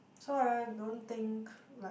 so I don't think like